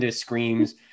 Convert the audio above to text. screams